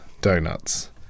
donuts